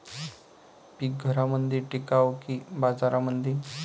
पीक घरामंदी विकावं की बाजारामंदी?